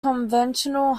conventional